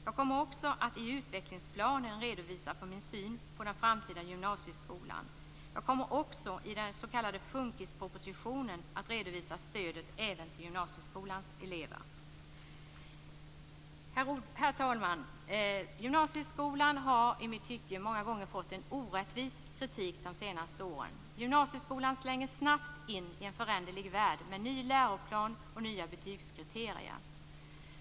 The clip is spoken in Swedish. Jag kommer också att i utvecklingsplanen redovisa min syn på den framtida gymnasieskolan. Jag kommer också i den s.k. FUN KIS-propositionen att redovisa stödet även till gymnasieskolans elever. Herr talman! Gymnasieskolan har i mitt tycke många gånger fått orättvis kritik de senaste åren. Gymnasieskolan slängdes snabbt in i en föränderlig värld med ny läroplan och nya betygskriterier.